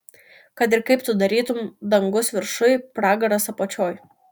kad ir kaip tu darytum dangus viršuj pragaras apačioj